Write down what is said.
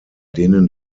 denen